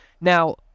Now